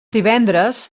divendres